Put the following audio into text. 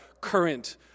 current